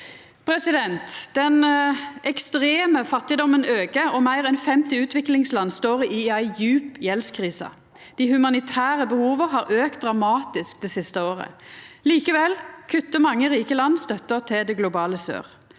Kjevik. Den ekstreme fattigdomen aukar, og meir enn 50 utviklingsland står i ei djup gjeldskrise. Dei humanitære behova har auka dramatisk det siste året. Likevel kuttar mange rike land støtta til det globale sør.